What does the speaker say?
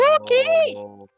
okay